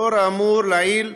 לאור האמור לעיל,